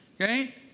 okay